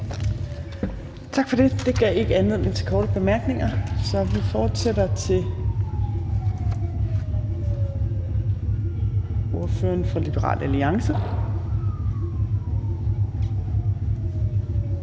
Tak for det. Det gav ikke anledning til korte bemærkninger. Vi fortsætter med ordføreren for Liberal Alliance,